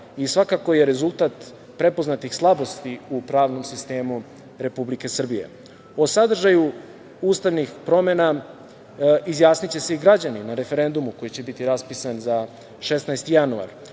i svakako je rezultat prepoznatih slabosti u pravnom sistemu Republike Srbije. O sadržaju ustavnih promena izjasniće se i građani na referendumu, koji će biti raspisan za 16. januar. Ono